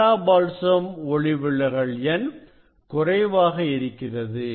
Canada balsam ஒளிவிலகல் எண் குறைவாக இருக்கிறது